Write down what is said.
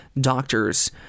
doctors